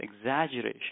exaggeration